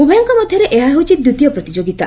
ଉଭୟଙ୍କ ମଧ୍ୟରେ ଏହା ହେଉଛି ଦ୍ୱିତୀୟ ପ୍ରତିଯୋଗିତା